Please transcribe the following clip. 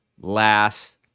last